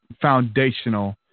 foundational